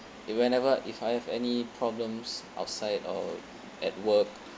if whenever if I have any problems outside or at work